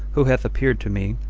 who hath appeared to me,